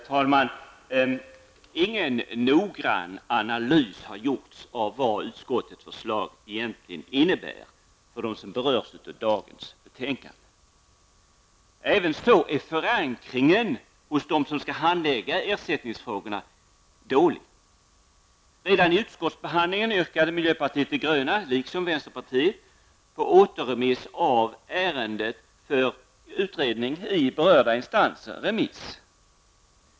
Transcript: Herr talman! Ingen noggrann analys har gjorts av vad utskottets förslag egentligen innebär för den som berörs av dagens betänkande. Ävenså är förankringen hos dem som skall handlägga ersättningsfrågorna dålig. Redan vid utskottsbehandlingen yrkade miljöpartiet de gröna liksom vänsterpartiet på återremiss av ärendet för utredning i berörda instanser.